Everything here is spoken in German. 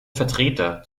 vertreter